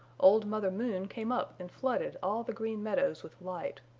old mother moon came up and flooded all the green meadows with light,